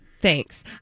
Thanks